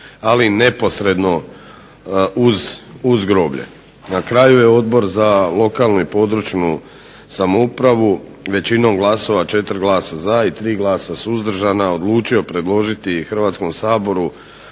ali neposredno uz groblje. Na kraju je Odbor za lokalnu i područnu (regionalnu) samoupravu većinom glasova 4 glasa za, 3 suzdržana odlučio predložiti Hrvatskom saboru